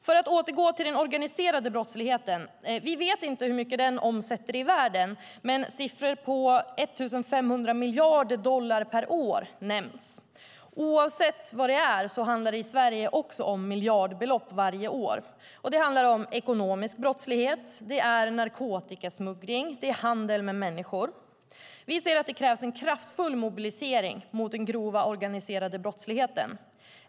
För att återgå till den organiserade brottsligheten: Vi vet inte hur mycket den omsätter i världen, men siffror på 1 500 miljarder dollar per år nämns. Oavsett hur mycket det är handlar det också i Sverige om miljardbelopp varje år. Det handlar om ekonomisk brottslighet, narkotikasmuggling och handel med människor. Vi ser att det krävs en kraftfull mobilisering mot den grova organiserade brottsligheten.